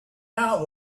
out